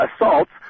assaults